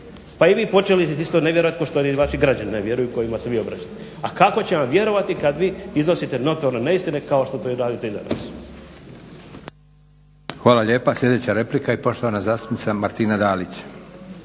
Pa i vi počeli ste isto ne vjerovati kao što isto i vaši građani ne vjeruju kojima se vi obraćate. A kako će vam vjerovati kad vi iznosite notorne neistine kao što to radite i danas.